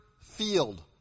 field